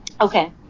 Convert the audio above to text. Okay